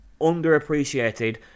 underappreciated